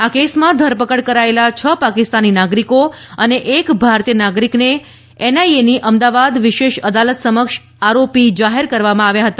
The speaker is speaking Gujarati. આ કેસમાં ધરપકડ કરાયેલા છ પાકિસ્તાની નાગરિકો અને એક ભારતીય નાગરિકોને એનઆઇએ ની અમદાવાદ વિશેષ અદાલત સમક્ષ આરોપી જાહેર કરવામાં આવ્યા હતા